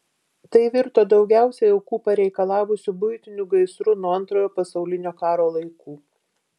tai virto daugiausiai aukų pareikalavusiu buitiniu gaisru nuo antrojo pasaulinio karo laikų